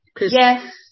Yes